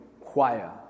choir